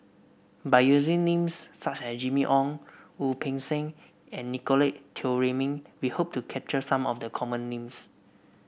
by using names such as Jimmy Ong Wu Peng Seng and Nicolette Teo Wei Min we hope to capture some of the common names